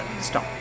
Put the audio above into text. Stop